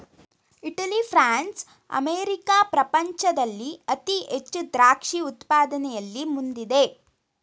Italy, France, America ಪ್ರಪಂಚದಲ್ಲಿ ಅತಿ ಹೆಚ್ಚು ದ್ರಾಕ್ಷಿ ಉತ್ಪಾದನೆಯಲ್ಲಿ ಮುಂದಿದೆ